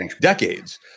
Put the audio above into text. decades